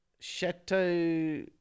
Chateau